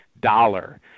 dollar